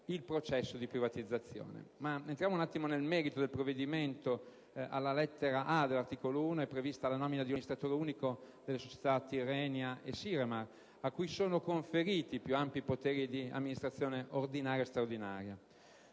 il processo di privatizzazione in corso. Entrando nel merito del provvedimento, alla lettera *a)* dell'articolo 1 è prevista la nomina di un amministratore unico delle società Tirrenia di Navigazione Spa e Siremar Spa, a cui sono conferiti i più ampi poteri di amministrazione ordinaria e straordinaria.